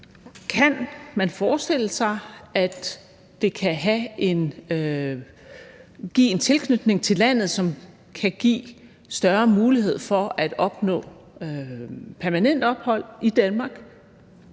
Kan man forestille sig, at det kan give en tilknytning til landet, som kan give større mulighed for at opnå permanent ophold i Danmark,